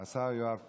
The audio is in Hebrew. השר יואב קיש.